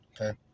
Okay